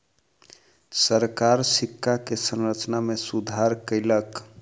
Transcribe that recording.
सरकार सिक्का के संरचना में सुधार कयलक